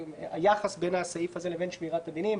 היחס בין הסעיף הזה לבין שמירת הדינים,